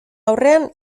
aurrean